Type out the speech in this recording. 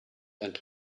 and